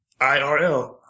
IRL